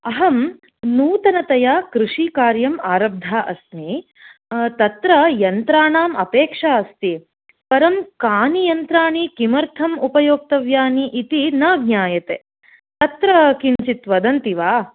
अहं नूतनतया कृषिकार्यम् आरब्धा अस्मि तत्र यन्त्राणां अपेक्षा अस्ति परं कानि यन्त्राणि किमर्थं उपयोक्तव्यानि इति न ज्ञायते अत्र किञ्चित् वदन्ति वा